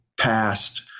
past